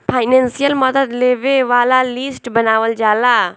financial मदद लेबे वाला लिस्ट बनावल जाला